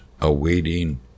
awaiting